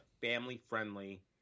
family-friendly